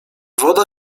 woda